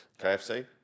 kfc